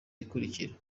ikurikira